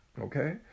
okay